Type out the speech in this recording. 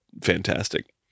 fantastic